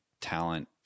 talent